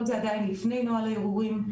כל זה עדיין לפני נוהל ערעורים.